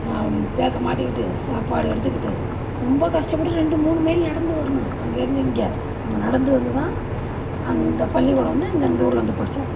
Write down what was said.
பேக்கை மாட்டிக்கிட்டு சாப்பாடு எடுத்துக்கிட்டு ரொம்ப கஷ்டப்பட்டு ரெண்டு மூணு மைலு நடந்து வரணும் அங்கேருந்து இங்கே நாங்கள் நடந்து வந்துன் தான் அந்த பள்ளிக்கூடம் வந்து இங்கே இந்த ஊரில் வந்து படித்தோம்